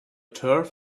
turf